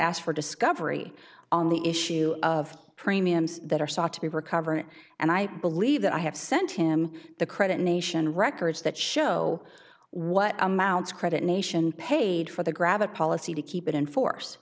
asked for discovery on the issue of premiums that are sought to be recovered and i believe that i have sent him the credit nation records that show what amounts credit nation paid for the grab a policy to keep it in force